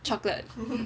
so we went